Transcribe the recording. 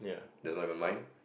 that's never mind